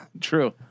True